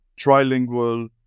trilingual